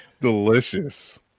Delicious